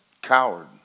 Coward